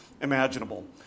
imaginable